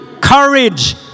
courage